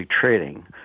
trading